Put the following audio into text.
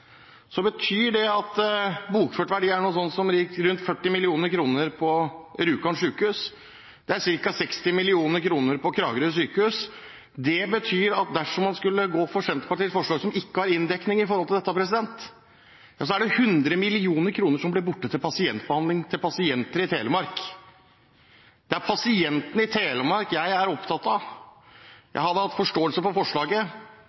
60 mill. kr. på Kragerø sykehus, betyr det at dersom man skulle gå for Senterpartiets forslag, som ikke har inndekning i forhold til dette, er det 100 mill. kr som blir borte til behandling av pasienter i Telemark. Det er pasientene i Telemark jeg er opptatt av. Jeg hadde hatt forståelse for forslaget